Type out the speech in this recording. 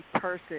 person